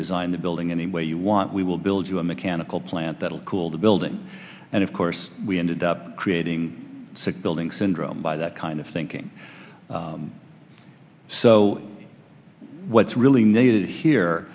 design the building anyway you want we will build you a mechanical plant that will cool the building and of course we ended up creating sick building syndrome by that kind of thinking so what's really needed here